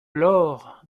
l’or